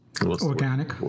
Organic